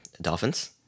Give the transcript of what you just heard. Dolphins